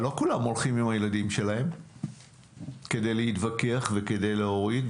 אבל לא כולם הולכים עם הילדים שלהם כדי להתווכח וכדי להוריד,